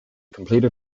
completed